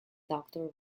doctor